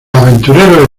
aventureros